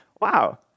Wow